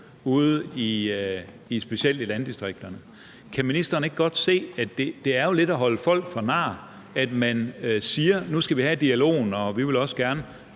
specielt landdistrikterne. Kan ministeren ikke godt se, at det jo lidt er at holde folk for nar, at man siger, at nu skal vi have dialogen – vi vil også gerne